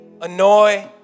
annoy